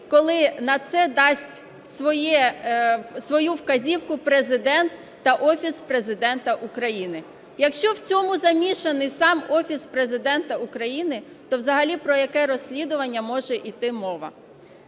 коли на це дасть свою вказівку Президент та Офіс Президента України. Якщо в цьому замішаний сам Офіс Президента України, то взагалі про яке розслідування може іти мова?